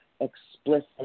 explicit